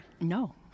No